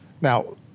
Now